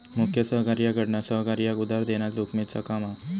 मुख्य सहकार्याकडना सहकार्याक उधार देना जोखमेचा काम हा